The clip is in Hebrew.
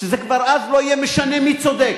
ואז כבר לא יהיה משנה מי צודק,